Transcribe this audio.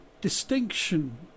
distinction